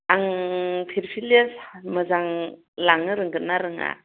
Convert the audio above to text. आं फिरफिलि मोजां लांनो रोंगोन ना रोङा